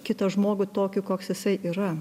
kitą žmogų tokį koks jisai yra